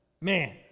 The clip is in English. Man